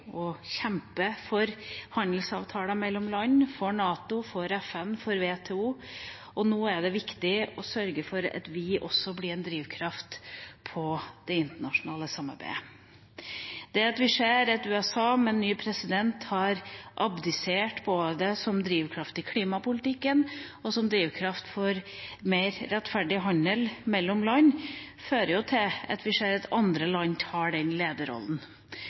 å kjempe for handelsavtaler mellom land, for NATO, for FN, for WTO. Nå er det viktig å sørge for at vi også blir en drivkraft i det internasjonale samarbeidet. Det at vi ser at USA, med ny president, har abdisert både som drivkraft i klimapolitikken og som drivkraft for en mer rettferdig handel mellom land, fører til at vi ser at andre land tar den lederrollen.